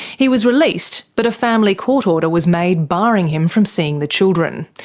he was released, but a family court order was made barring him from seeing the children.